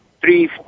three